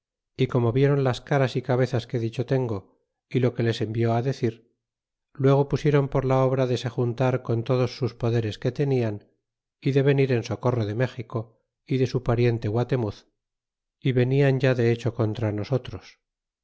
y como vieron las caras y cabezas que dicho tengo y lo que les envió decir luego pusieron por la obra de se juntar con todos sus poderes que tenian y de venir en socorro de méxico y de su pariente guatemuz y venian ya de hecho contra nosotros